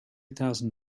thousand